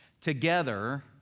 Together